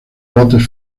botes